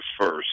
first